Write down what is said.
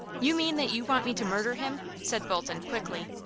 you mean that you want me to murder him? said bolton, quickly.